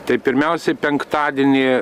tai pirmiausia penktadienį